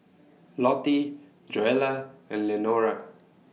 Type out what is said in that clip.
Lottie Joella and Lenora